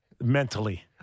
mentally